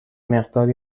مقداری